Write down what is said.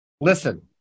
Listen